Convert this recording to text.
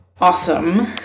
awesome